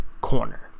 corner